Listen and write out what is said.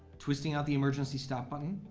twisting out the emergency stop button,